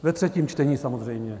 Ve třetím čtení samozřejmě.